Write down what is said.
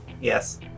Yes